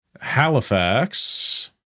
Halifax